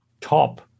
top